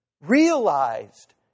realized